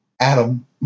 Adam